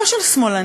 לא של שמאלנים,